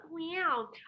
wow